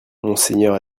monseigneur